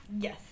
Yes